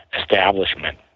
establishment